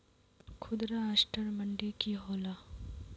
खुदरा असटर मंडी की होला?